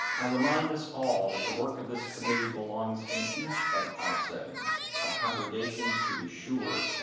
i remind us all that the work of this committee belongs in each of our settings, our congregations to be sure,